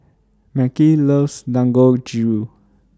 Mekhi loves Dangojiru